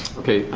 okay,